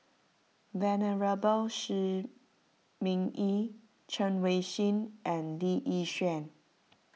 Venerable Shi Ming Yi Chen Wen Hsi and Lee Yi Shyan